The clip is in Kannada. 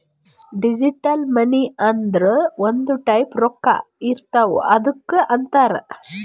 ಡಿಜಿಟಲ್ ಮನಿ ಅಂದುರ್ ಒಂದ್ ಟೈಪ್ ರೊಕ್ಕಾ ಇರ್ತಾವ್ ಅದ್ದುಕ್ ಅಂತಾರ್